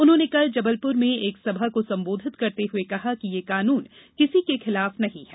उन्होने कल जबलपुर में एक सभा को संबोधित करते हुए कहा कि यह कानून किसी के खिलाफ नहीं है